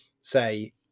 say